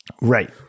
Right